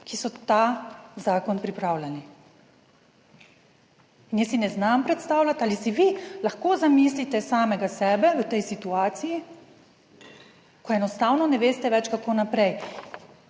ki so ta zakon pripravljali in jaz si ne znam predstavljati, ali si vi lahko zamislite samega sebe v tej situaciji, ko enostavno ne veste več, kako naprej.